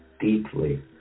deeply